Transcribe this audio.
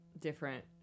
different